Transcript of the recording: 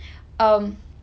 um